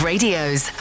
Radio's